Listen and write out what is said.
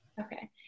Okay